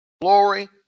Glory